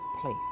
place